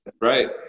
Right